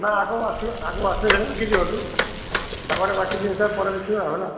ନା ଆଗ ୱାଶିଂ ଆଗ ୱାଶିଂ ରଖିଦିଅନ୍ତୁ ତା'ପରେ ବାକି ଜିନିଷ ପରେ ଦେଖିବା ହେଲା